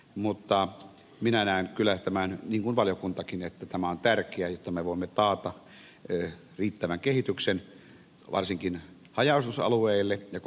mutta minä näen kyllä niin kuin valiokuntakin että tämä on tärkeää jotta me voimme taata riittävän kehityksen varsinkin haja asutusalueille ja koko suomeen